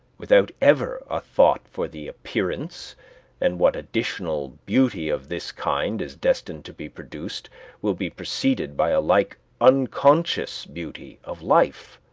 without ever a thought for the appearance and whatever additional beauty of this kind is destined to be produced will be preceded by a like unconscious beauty of life.